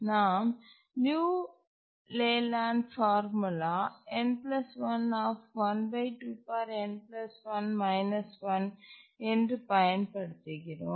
நாம் லியு லேலேண்ட் ஃபார்முலாவில் என்று பயன்படுத்துகிறோம்